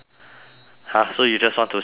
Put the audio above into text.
!huh! so you just want to see only